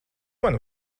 mani